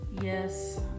Yes